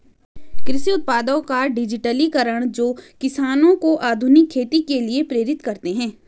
कृषि उत्पादों का डिजिटलीकरण जो किसानों को आधुनिक खेती के लिए प्रेरित करते है